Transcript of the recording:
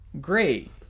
great